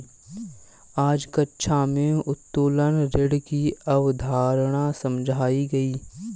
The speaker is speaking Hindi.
आज कक्षा में उत्तोलन ऋण की अवधारणा समझाई गई